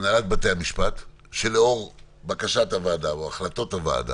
שהיא עיר מאוד מתניידת וכשכל שנה נולדו לי עשר כיתות חדשות בעיר.